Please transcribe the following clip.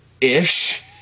ish